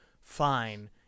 fine